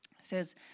says